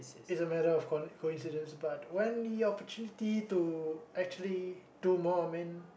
is a matter of con~ coincidence but when your opportunity to actually do more of man